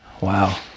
Wow